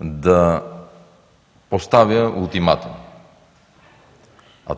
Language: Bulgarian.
му поставя ултиматуми.